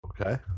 Okay